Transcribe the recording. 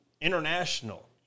international